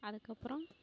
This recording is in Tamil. அதுக்கு அப்புறம்